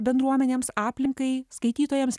bendruomenėms aplinkai skaitytojams